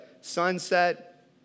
sunset